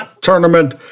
tournament